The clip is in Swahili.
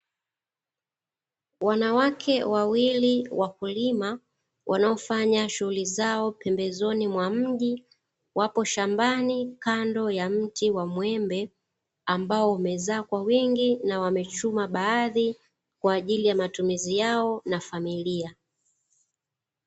Wanawake wawili wakulima, wanaofanya shughuli zao za pembezoni mwa mji, wapo shambani kando ya mti wa mwembe, ambao umezaa kwa wingi na wamechuma baadhi kwa ajili ya matumizi yao na familia.